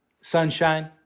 Sunshine